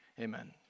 Amen